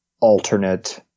alternate